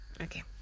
Okay